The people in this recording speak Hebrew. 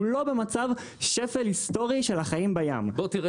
שהוא לא במצב שפל היסטורי של החיים בים?